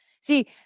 See